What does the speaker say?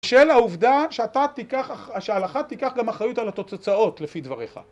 של העובדה שאתה תיקח, שההלכה תיקח גם אחריות על התוצאות לפי דבריך.